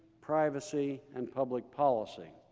privacy, and public policy.